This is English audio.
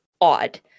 odd